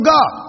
God